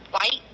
white